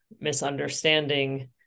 misunderstanding